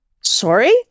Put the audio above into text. Sorry